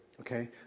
Okay